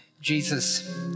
Jesus